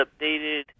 updated